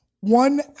One